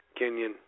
Kenyan